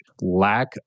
lack